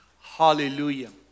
Hallelujah